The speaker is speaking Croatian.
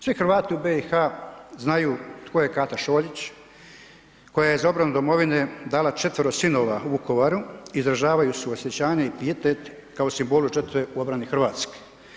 Svi Hrvati u BiH znaju tko je Kata Šoljić koja je za obranu domovine dala četvero sinova u Vukovaru izražavajući suosjećanje i pijetet kao simbolu … u obrani Hrvatske.